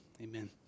amen